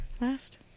Last